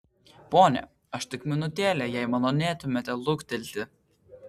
pone aš tik minutėlę jei malonėtumėte luktelėti